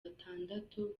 batandatu